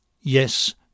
yes